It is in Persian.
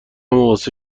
واسه